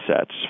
sets